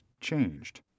changed